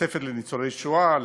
תוספת לניצולי שואה,